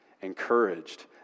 encouraged